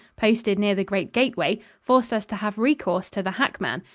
posted near the great gateway, forced us to have recourse to the hackman,